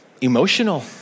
emotional